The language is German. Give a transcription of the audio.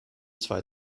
zwei